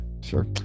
sure